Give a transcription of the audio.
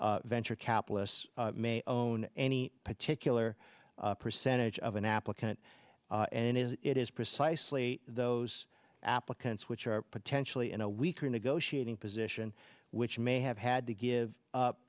of venture capitalists may own any particular percentage of an applicant and is it is precisely those applicants which are potentially in a weaker negotiating position which may have had to give